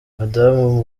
madamu